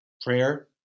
prayer